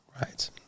right